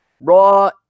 Raw